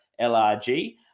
LRG